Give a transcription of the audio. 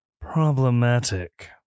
problematic